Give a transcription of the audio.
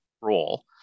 role